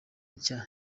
nshya